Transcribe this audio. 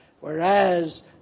whereas